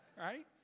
right